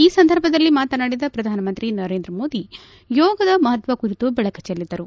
ಈ ಸಂದರ್ಭದಲ್ಲಿ ಮಾತನಾಡಿದ ಪ್ರಧಾನಮಂತ್ರಿ ನರೇಂದ್ರ ಮೋದಿ ಯೋಗದ ಮಹತ್ತ ಕುರಿತು ಬೆಳಕು ಚೆಲ್ಲಿದರು